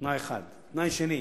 תנאי אחד, תנאי שני: